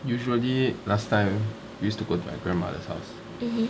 usually last time used to go to my grandmother's house